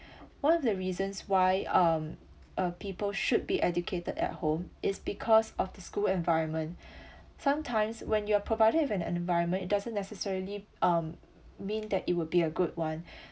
one of the reasons why um uh people should be educated at home is because of the school environment sometimes when you're provided with an environment it doesn't necessarily um mean that it would be a good one